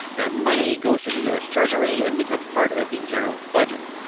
that money goes to the u s. treasury and becomes part of the general budget.